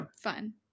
fun